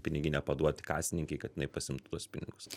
piniginę paduoti kasininkei kad jinai pasiimtų tuos pinigus